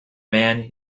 man